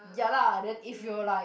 ya lah then if you were like